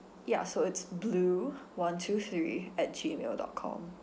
ya so it's blue one to three at G mail dot com